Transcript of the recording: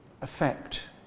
affect